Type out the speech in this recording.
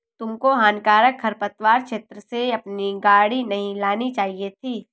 तुमको हानिकारक खरपतवार क्षेत्र से अपनी गाड़ी नहीं लानी चाहिए थी